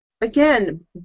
Again